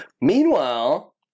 Meanwhile